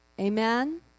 Amen